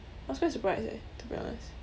I was quite surprised eh to be honest